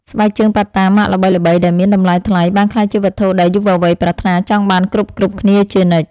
ស្បែកជើងប៉ាតាម៉ាកល្បីៗដែលមានតម្លៃថ្លៃបានក្លាយជាវត្ថុដែលយុវវ័យប្រាថ្នាចង់បានគ្រប់ៗគ្នាជានិច្ច។